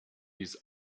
dies